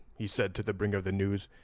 he said to the bringer of the news,